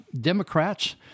Democrats